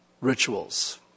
rituals